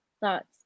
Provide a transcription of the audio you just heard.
thoughts